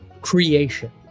creation